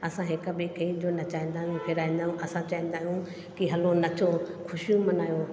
असां हिकु ॿिएं खे जो नचाईंदा आहियूं फ़िराईंदा आहियूं असां चाहींदा आहियूं कि हलो नचो ख़ुशियूं मल्हायो